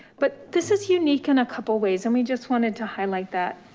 but this is unique in a couple ways. and we just wanted to highlight that.